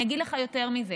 אני אגיד לך יותר מזה.